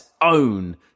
own